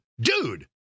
dude